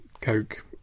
Coke